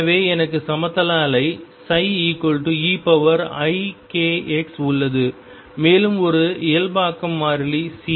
எனவே எனக்கு சமதள அலை ψeikx உள்ளது மேலும் ஒரு இயல்பாக்கம் மாறிலி C